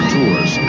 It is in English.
Tours